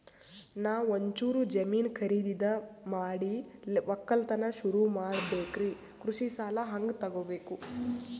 ನಾ ಒಂಚೂರು ಜಮೀನ ಖರೀದಿದ ಮಾಡಿ ಒಕ್ಕಲತನ ಸುರು ಮಾಡ ಬೇಕ್ರಿ, ಕೃಷಿ ಸಾಲ ಹಂಗ ತೊಗೊಬೇಕು?